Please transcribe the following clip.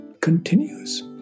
continues